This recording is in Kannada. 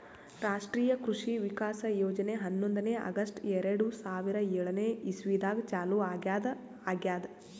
ರಾಷ್ಟ್ರೀಯ ಕೃಷಿ ವಿಕಾಸ್ ಯೋಜನೆ ಹನ್ನೊಂದನೇ ಆಗಸ್ಟ್ ಎರಡು ಸಾವಿರಾ ಏಳನೆ ಇಸ್ವಿದಾಗ ಚಾಲೂ ಆಗ್ಯಾದ ಆಗ್ಯದ್